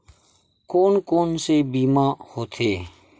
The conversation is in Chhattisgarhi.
कोन कोन से बीमा होथे?